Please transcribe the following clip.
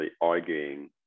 arguing